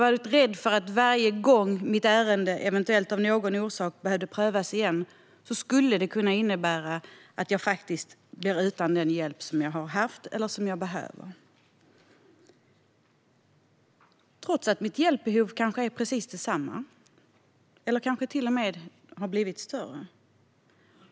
Varje gång mitt ärende eventuellt av någon orsak behövde prövas igen skulle jag vara rädd för att det skulle kunna innebära att jag faktiskt blir utan den hjälp som jag har haft och som jag behöver, trots att mitt hjälpbehov kanske är precis detsamma eller till och med har blivit större.